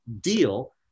deal